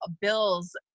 bills